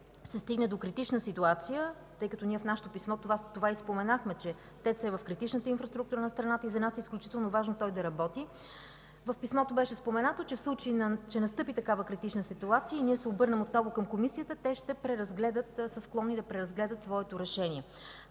се стигне до критична ситуация – тъй като в нашето писмо това и споменахме, че ТЕЦ-ът е в критичната инфраструктура на страната и за нас е изключително важно той да работи – в писмото беше споменато: в случай че настъпи такава критична ситуация и ние се обърнем отново към Комисията, те са склонни да преразгледат своето решение.